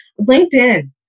LinkedIn